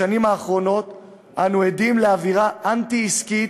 בשנים האחרונות אנו עדים לאווירה אנטי-עסקית,